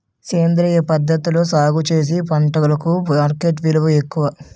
సేంద్రియ పద్ధతిలో సాగు చేసిన పంటలకు మార్కెట్ విలువ ఎక్కువ